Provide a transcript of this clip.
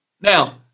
Now